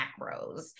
macros